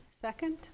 Second